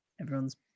everyone's